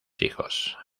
hijos